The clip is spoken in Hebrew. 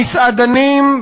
המסעדנים,